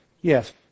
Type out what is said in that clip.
Yes